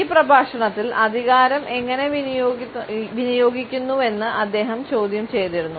ഈ പ്രഭാഷണത്തിൽ അധികാരം എങ്ങനെ വിനിയോഗിക്കുന്നുവെന്ന് അദ്ദേഹം ചോദ്യം ചെയ്തിരുന്നു